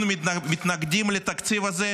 אנחנו מתנגדים לתקציב הזה,